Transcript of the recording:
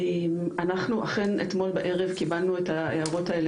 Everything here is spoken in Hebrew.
אנחנו אכן אתמול בערב קיבלנו את ההערות של